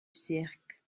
cirque